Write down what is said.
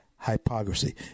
Hypocrisy